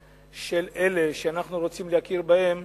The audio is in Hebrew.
אלה שאנחנו רוצים להכיר בזכויות שלהם